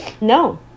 No